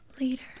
later